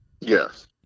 Yes